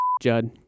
Judd